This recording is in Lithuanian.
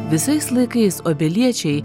visais laikais obeliečiai